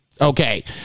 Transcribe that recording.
Okay